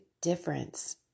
difference